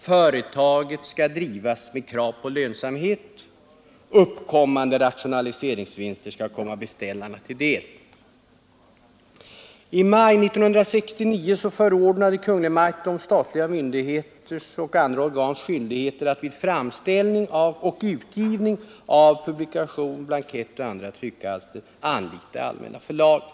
”Företaget skall drivas med krav på lönsamhet. Uppkommande rationaliseringsvinster skall komma beställarna till del.” I maj 1969 förordnade Kungl. Maj:t om statliga myndigheters och andra organs skyldigheter att vid framställning och utgivning av publikation, blankettoch andra tryckalster anlita Allmänna förlaget.